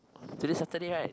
today Saturday right